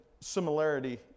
similarity